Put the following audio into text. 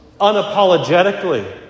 unapologetically